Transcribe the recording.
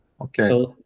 okay